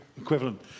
equivalent